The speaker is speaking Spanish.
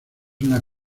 una